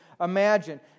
imagine